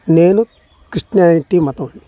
నేను క్రిస్టియానిటీ మతం